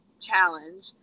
challenge